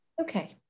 Okay